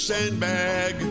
Sandbag